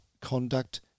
conduct